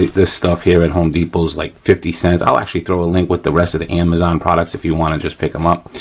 this stuff here at home depot is like fifty cents. i'll actually throw a link with the rest of the amazon products if you want, just pick them up.